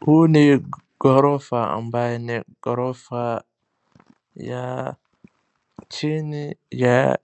Huu ni gorofa ambayo ni gorofa ya chini ya